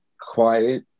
quiet